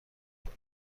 کنیم